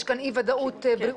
יש כאן אי ודאות בריאותית,